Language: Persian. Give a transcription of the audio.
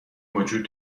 وجود